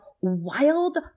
wild